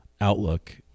outlook